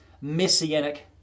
messianic